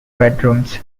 bedrooms